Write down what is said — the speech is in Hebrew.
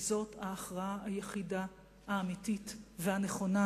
וזו ההכרעה היחידה האמיתית והנכונה